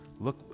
look